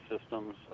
systems